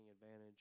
advantage